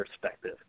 perspective